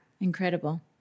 Incredible